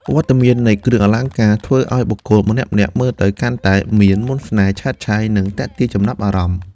វត្តមាននៃគ្រឿងអលង្ការធ្វើឱ្យបុគ្គលម្នាក់ៗមើលទៅកាន់តែមាន មន្តស្នេហ៍ ឆើតឆាយ និងទាក់ទាញចំណាប់អារម្មណ៍ ។